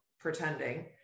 pretending